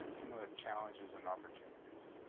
some of the challenges and opportunities?